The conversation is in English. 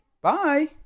Bye